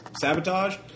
sabotage